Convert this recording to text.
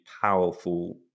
powerful